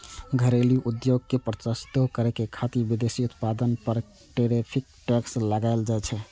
घरेलू उद्योग कें प्रोत्साहितो करै खातिर विदेशी उत्पाद पर टैरिफ टैक्स लगाएल जाइ छै